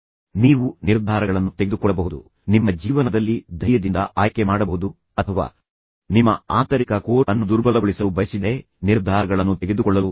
ಬುದ್ದಿಮತ್ತೆ ಕೆಲಸ ಕೈಗೂಡದಿರಬಹುದು ಯಾವಾಗ ಎಂದರೆ ಅವರು ಒಂದು ಗುಂಪಿನಲ್ಲಿ ಸೇರಲು ಮತ್ತು ನಂತರ ಅದರ ಬಗ್ಗೆ ಪರಸ್ಪರ ಮಾತನಾಡದಿರಬಹುದು ಆದರೆ ನಂತರ ನೀವು ರಸ್ಸೆಲ್ ಸೂಚಿಸಿದ ವಿಧಾನವನ್ನು ಬಳಸಿಕೊಂಡು ಸತ್ಯಗಳನ್ನು ಪಡೆಯಬಹುದು